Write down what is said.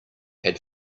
had